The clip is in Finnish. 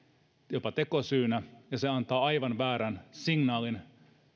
jopa tekosyynä ja se antaa aivan väärän signaalin